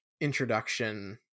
introduction